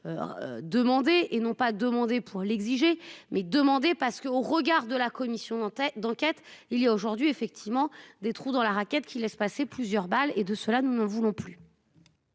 Demandé et n'ont pas demandé pour l'exiger mais demander parce qu'au regard de la commission tête d'enquête il y a aujourd'hui effectivement des trous dans la raquette qui laisse passer plusieurs balles et de cela, nous ne voulons plus.